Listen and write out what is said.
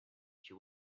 she